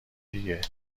دیگه